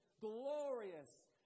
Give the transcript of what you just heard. glorious